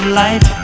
light